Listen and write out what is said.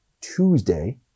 Tuesday –